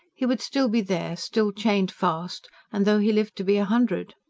he would still be there, still chained fast, and though he lived to be a hundred.